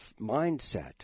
mindset